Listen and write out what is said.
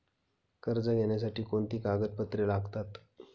कर्ज घेण्यासाठी कोणती कागदपत्रे लागतात?